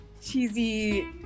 cheesy